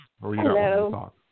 Hello